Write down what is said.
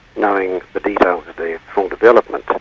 knowing but the you know the full development.